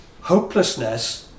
hopelessness